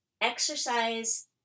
exercise